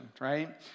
right